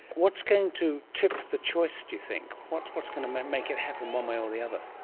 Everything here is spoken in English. what's going to tip the choice, do you think? what's what's going to make it happen one way or the other?